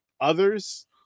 others